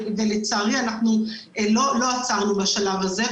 ולצערי אנחנו לא עצרנו בשלב הזה,